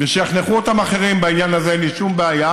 ושיַחנכו אותם אחרים, בעניין הזה אין לי שום בעיה,